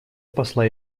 посла